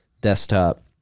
desktop